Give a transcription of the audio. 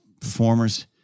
performers